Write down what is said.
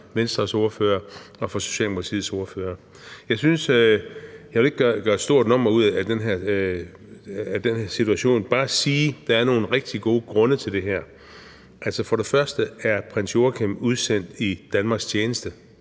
af Venstres ordfører og af Socialdemokratiets ordfører. Jeg vil ikke gøre et stort nummer ud af den her situation, men bare sige, at der er nogle rigtig gode grunde til det her. Altså, for det første er prins Joachim udsendt i Danmarks tjeneste.